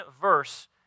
verse